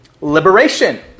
liberation